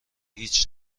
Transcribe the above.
هیچ